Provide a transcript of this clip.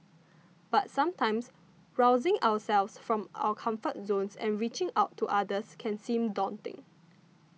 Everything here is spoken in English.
but sometimes rousing ourselves from our comfort zones and reaching out to others can seem daunting